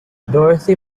dorothy